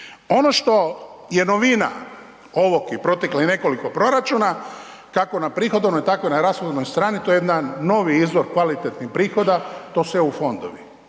Ono što je novina ovog i proteklih nekoliko proračuna kako na prihodovnoj tako i na rashodovnoj strani to je jedan novi izvor kvalitetnih prihoda, to su eu fondovi.